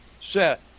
set